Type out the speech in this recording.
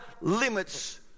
limits